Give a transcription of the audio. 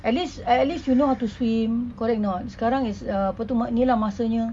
at least at least you know how to swim correct or not sekarang is uh apa tu mak~ ni lah masanya